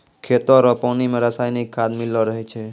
खेतो रो पानी मे रसायनिकी खाद मिल्लो रहै छै